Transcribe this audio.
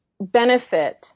benefit